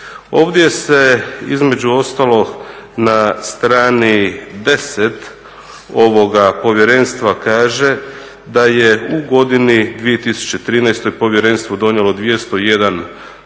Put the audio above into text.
Ovdje se između ostalog na strani 10. ovoga povjerenstva kaže da je u godini 2013. povjerenstvo donijelo 201 obrazloženo